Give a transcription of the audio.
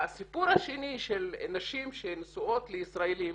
הסיפור השני של נשים שנשואות לישראלים,